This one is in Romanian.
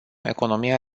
economia